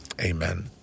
Amen